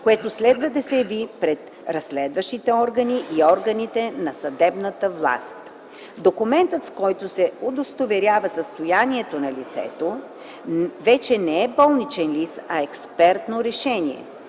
което следва да се яви пред разследващите органи и органите на съдебната власт. Документът, с който се удостоверява състоянието на лицето, вече не е болничен лист, а експертно решение